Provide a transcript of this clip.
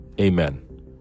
amen